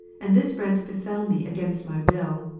and this rent befel me against my will,